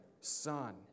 son